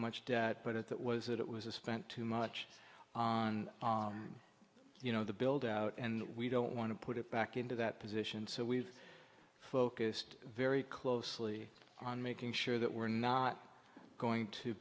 much debt but it was it was a spent too much on you know the build out and we don't want to put it back into that position so we've focused very closely on making sure that we're not going to